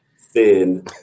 thin